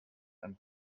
and